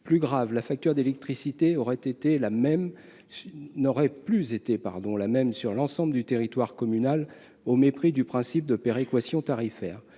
Plus grave encore, la facture d'électricité n'aurait plus été la même sur l'ensemble du territoire communal, au mépris du principe de péréquation tarifaire,